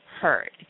hurt